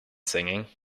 singing